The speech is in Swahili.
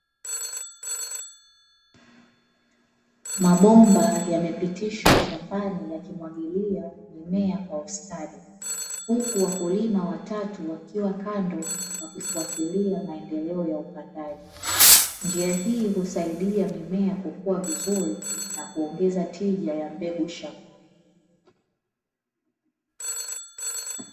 Mabomba yamepitishwa shambani yakimwagilia mimea kwa ustadi, huku wakulima watatu wakiwa kando wakifuatilia maendeleo ya upandaji. Njia hii husaidia mimea kukua vizuri, na kuongeza tija ya mbegu shambani.